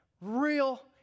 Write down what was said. real